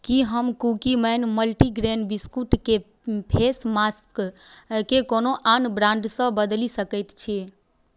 की हम Cookieman multigrain बिस्कुटके face मास्कके कोनो आन ब्रान्डसँ बदलि सकै छी